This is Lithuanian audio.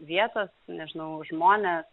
vietos nežinau žmones